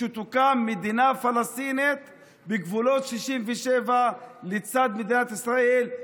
שתוקם מדינה פלסטינית בגבולות 67' לצד מדינת ישראל,